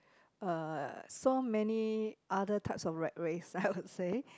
uh so many other types of rat race I would say